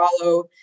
follow